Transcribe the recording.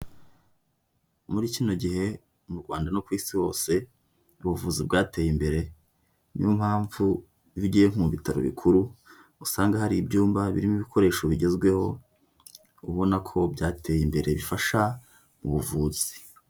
Muri kino gihe mu Rwanda no ku Isi hose ubuvuzi bwateye imbere, niyo mpamvu uyo ugiye mu bitaro bikuru, usanga hari ibyumba birimo ibikoresho bigezweho, ubona ko byateye imbere bifasha ubuvuzi.